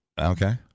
Okay